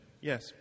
Yes